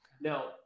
Now